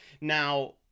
Now